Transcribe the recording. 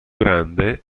grande